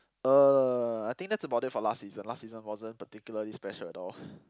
uh I think that is about it for last season last season wasn't particularly special at all